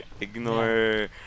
ignore